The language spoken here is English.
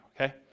Okay